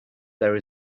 there